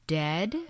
dead